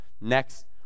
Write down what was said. next